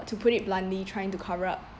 to put it bluntly trying to cover up